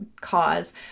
cause